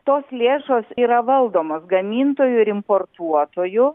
tos lėšos yra valdomos gamintojų ir importuotojų